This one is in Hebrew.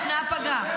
לפני הפגרה.